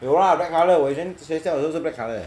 有 lah black colour 我以前学校都是 black colour eh